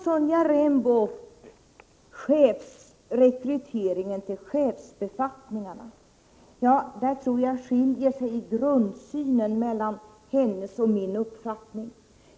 Sonja Rembo tar upp rekryteringen till chefsbefattningarna. På den punkten skiljer sig vår grundsyn.